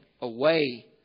away